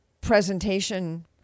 presentation